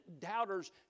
doubters